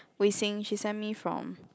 wee-sing she send me from